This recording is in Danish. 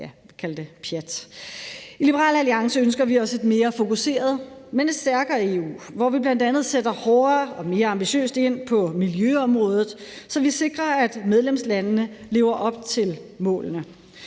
I Liberal Alliance ønsker vi os et mere fokuseret, men stærkere EU, hvor vi bl.a. sætter hårdere og mere ambitiøst ind på miljøområdet, så vi sikrer, at medlemslandene lever op til målene;